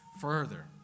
further